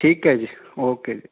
ਠੀਕ ਹੈ ਜੀ ਓਕੇ ਜੀ